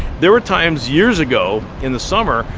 there were times years ago, in the summer,